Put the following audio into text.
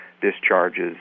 discharges